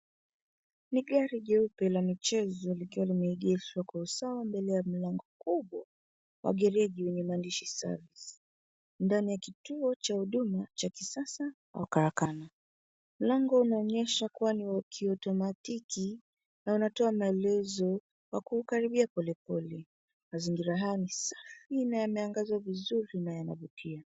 Ni gari jeupe la michezo likiwa limeegeshwa kwa usawa mbele ya mlango kubwa wa gereji wenye maandishi service . Ndani ya kituo cha huduma cha kisasa au karakana. Lango laonyesha kuwa ni wa kiautomatiki na unatoa maelezo wa kuukaribia polepole. Mazingira haya ni safi na yameangazwa vizuri na yanavutia.